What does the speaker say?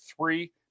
three